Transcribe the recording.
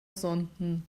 sonden